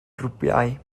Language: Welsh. grwpiau